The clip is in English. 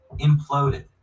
imploded